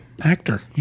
actor